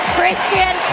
Christian